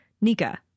Nika